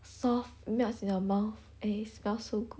soft melts in your mouth and it smells so good